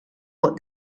what